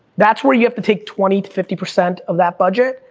that's where you have to take twenty, fifty percent of that budget,